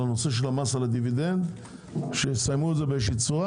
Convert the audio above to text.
הנושא של המס על הדיבידנד שיסיימו את זה באיזו צורה,